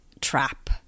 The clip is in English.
trap